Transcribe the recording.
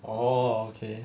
oh okay